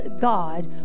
God